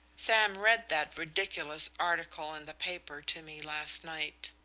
sam read that ridiculous article in the paper to me last night.